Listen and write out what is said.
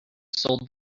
sold